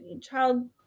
child